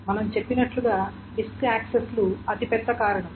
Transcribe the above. మనం చెప్పినట్లుగా డిస్క్ యాక్సెస్లు అతిపెద్ద కారకం